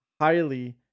highly